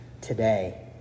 today